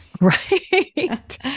Right